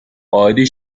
قائدی